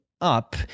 up